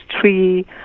three